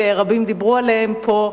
שרבים דיברו עליהם פה.